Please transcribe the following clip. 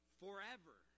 forever